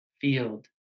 field